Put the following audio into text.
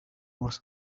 was